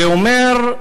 זה אומר,